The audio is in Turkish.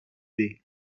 değil